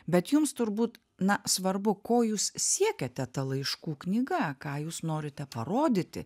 bet jums turbūt na svarbu ko jūs siekiate ta laiškų knyga ką jūs norite parodyti